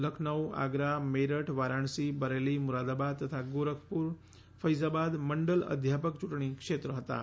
લખનઉ આગરા મેરઠ વારાણસી બરેલી મુરાદાબાદ તથા ગોરખપુર ફૈજાબાદ મંડલ અધ્યાપક યૂંટણી ક્ષેત્રો હતાં